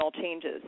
changes